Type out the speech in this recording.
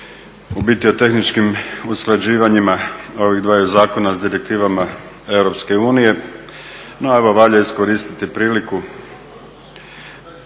u biti o tehničkim usklađivanjima ovih dvaju zakona s direktivama EU. No, evo valja iskoristiti priliku